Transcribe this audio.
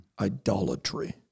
idolatry